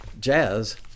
jazz